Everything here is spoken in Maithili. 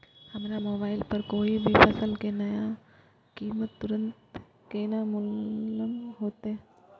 हमरा मोबाइल पर कोई भी फसल के नया कीमत तुरंत केना मालूम होते?